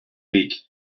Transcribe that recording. week